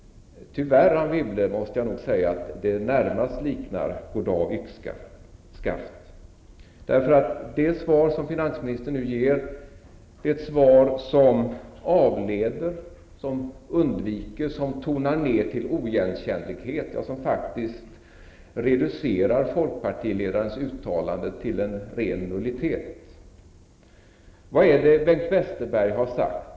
Tyvärr, Anne Wibble, måste jag nog säga att det närmast liknar goddag yxskaft. Det svar som finansministern nu ger är ett svar som avleder, undviker och tonar ned till oigenkännlighet och som faktiskt reducerar folkpartiledarens uttalande till en ren nullitet. Vad är det Bengt Westerberg har sagt?